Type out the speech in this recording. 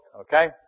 Okay